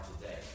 today